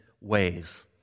ways